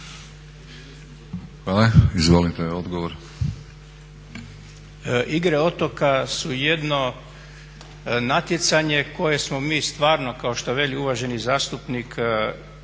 Hvala. Izvolite odgovor.